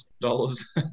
dollars